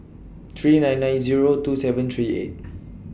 three nine nine Zero two seven three eight